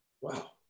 Wow